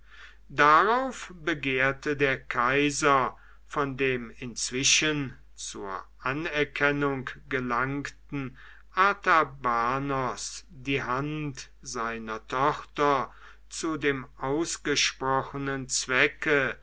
darauf begehrte der kaiser von dem inzwischen zur anerkennung gelangten artabanos die hand seiner tochter zu dem ausgesprochenen zwecke